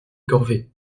corvée